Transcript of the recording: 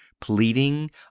pleading